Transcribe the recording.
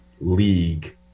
league